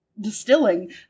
distilling